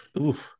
Oof